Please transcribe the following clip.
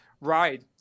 right